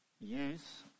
use